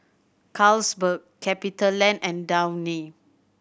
Carlsberg CapitaLand and Downy